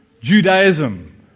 Judaism